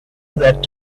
that